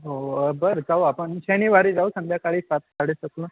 हो बरं जाऊ आपण शनिवारी जाऊ संध्याकाळी सात साडेसातला